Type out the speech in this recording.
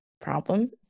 problem